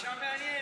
גישה מעניינת.